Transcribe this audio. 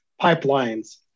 pipelines